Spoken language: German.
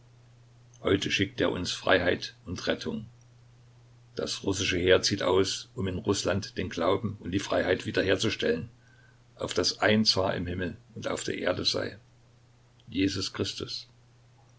heute schickt er uns freiheit und rettung das russische heer zieht aus um in rußland den glauben und die freiheit wiederherzustellen auf daß ein zar im himmel und auf der erde sei jesus christus